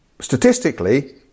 statistically